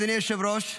אדוני היושב-ראש,